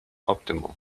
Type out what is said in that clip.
optimal